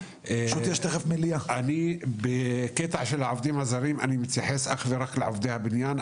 אני בעניין העובדים הזרים אני אתייחס אך ורק לעובדי הבניין,